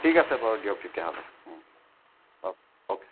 ঠিক আছে বাৰু দিয়ক তেতিয়াহ'লে অঁ অঁ অ'কে